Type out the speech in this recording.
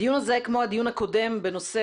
הדיון הזה כמו הדיון הקודם בנושא